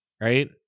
right